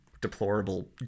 deplorable